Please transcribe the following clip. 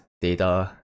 data